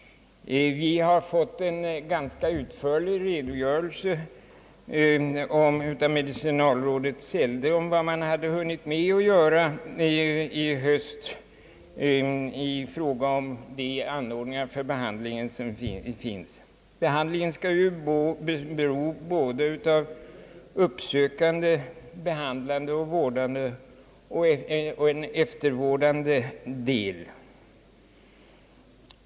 Vi har fått en ganska utförlig redogörelse av medicinalrådet Sälde om vad man hade hunnit med att göra i höstas i fråga om de anordningar för behandlingen som finns. Behandlingen skall ju bestå av både en uppsökande, en vårdande och en eftervårdande del.